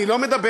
אני לא מדבר,